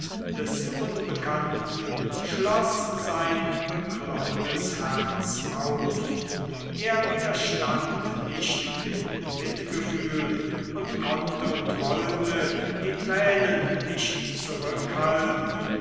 des unbekannten schloß sein beklommenes herz auf er widerstand nicht dem mitgefühl und konnte und wollte die tränen nicht zurückhalten